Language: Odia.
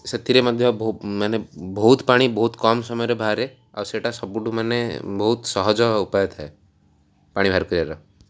ସେଥିରେ ମଧ୍ୟ ମାନେ ବହୁତ ପାଣି ବହୁତ କମ୍ ସମୟରେ ବାହାରେ ଆଉ ସେଇଟା ସବୁଠୁ ମାନେ ବହୁତ ସହଜ ଉପାୟ ଥାଏ ପାଣି ବାହାର କରିବାର